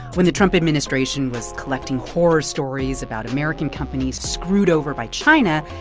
when the trump administration was collecting horror stories about american companies screwed over by china,